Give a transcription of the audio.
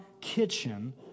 kitchen